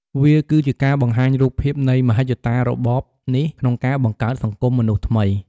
វាគឺជាការបង្ហាញរូបភាពនៃមហិច្ឆតារបបនេះក្នុងការបង្កើត "សង្គមមនុស្សថ្មី" ។